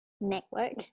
network